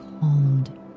calmed